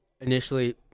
initially